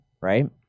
right